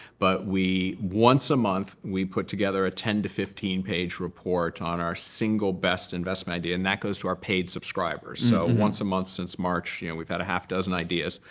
but once a month, we put together a ten to fifteen page report on our single best investment idea. and that goes to our paid subscribers. so once a month since march, yeah and we've had a half dozen ideas.